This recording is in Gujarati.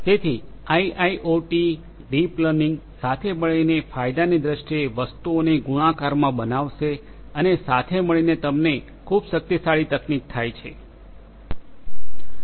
તેથી આઇઆઇઓટી ડીપ લર્નિંગ સાથે મળીને ફાયદાની દ્રષ્ટિએ વસ્તુઓને ગુણાકારમાં બનાવશે અને સાથે મળીને તમને ખૂબ શક્તિશાળી તકનીક થાય છે